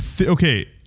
okay